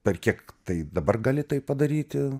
per kiek tai dabar gali tai padaryti